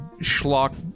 schlock